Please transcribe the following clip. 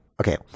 okay